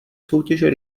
soutěže